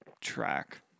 track